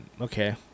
Okay